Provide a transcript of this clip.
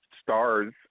stars